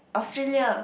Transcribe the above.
Australia